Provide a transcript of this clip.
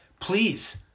please